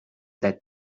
that